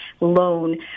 loan